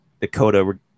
Dakota